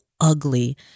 ugly